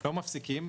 לא מפסיקים.